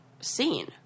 scene